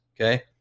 Okay